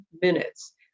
minutes